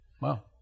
Wow